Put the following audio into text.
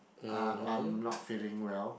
uh I'm not feeling well